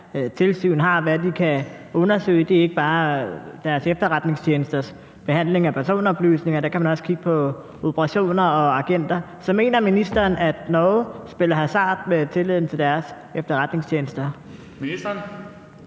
tilsyn har, og hvad de kan undersøge. Det gælder ikke bare deres efterretningstjenesters behandling af personoplysninger. Man kan også kigge på operationer og agenter. Så mener ministeren, at Norge spiller hasard med tilliden til deres efterretningstjenester?